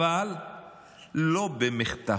אבל לא במחטף.